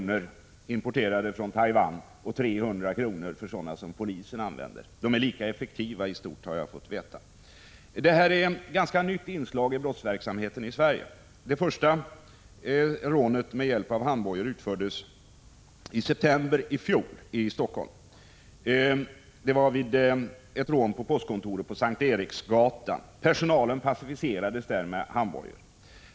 för importerade fängsel från Taiwan och 300 kr. för sådana som polisen använder. Båda är i stort sett lika effektiva har jag fått veta. Fängsel är ett ganska nytt inslag i brottsverksamheten i Sverige. Det första rånet i Helsingfors med hjälp av handbojor utfördes i september i fjol. Det var vid ett rån på postkontoret på S:t Eriksgatan. Personalen passiviserades med handbojor.